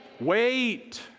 wait